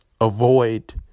avoid